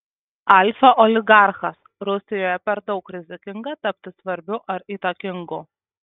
alfa oligarchas rusijoje per daug rizikinga tapti svarbiu ar įtakingu